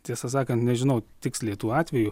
tiesą sakant nežinau tiksliai tų atvejų